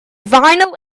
vinyl